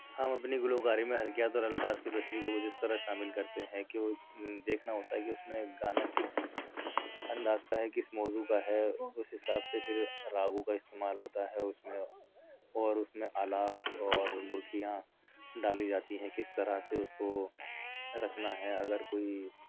ہم اپنی گلوکاری میں حرکیات اور الفاظ کی تشریح کو کچھ اِس طرح شامل کرتے ہیں کہ دیکھنا ہوتا ہے کہ اُس میں گانا کس انداز کا ہے کس موضوع کا ہے اُس حساب سے پھر راگوں کا استعمال ہوتا ہے اُس میں اور اُس میں آلاپ اور مرکیاں ڈالی جاتی ہیں کس طرح سے اُس کو رکھنا ہے اگر کوئی